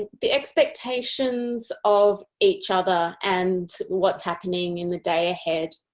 ah the expectations of each other and what is happening in the day ahead.